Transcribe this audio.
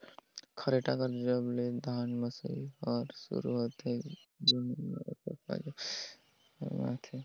खरेटा कर जब ले धान मसई हर सुरू होथे ओजग ले एकर काम हर कोठार बाहिरे ले सकेले बहारे कर काम मे आथे